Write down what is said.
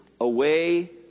away